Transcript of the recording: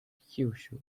kyūshū